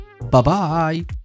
Bye-bye